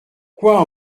quoi